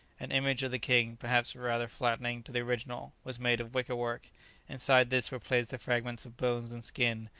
an image of the king, perhaps rather flattering to the original, was made of wicker-work inside this were placed the fragments of bones and skin,